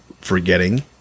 forgetting